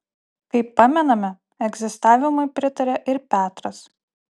kaip pamename egzistavimui pritarė ir petras